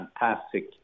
fantastic